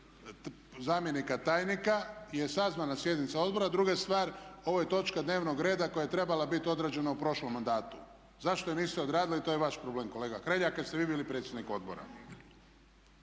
zamjenika tajnika je sazvana sjednica Odbora. Druga stvar, ovo je točka dnevnog reda koja je trebala bit odrađena u prošlom mandatu. Zašto je niste odradili to je vaš problem kolega Hrelja kad ste vi bili predsjednik odbora.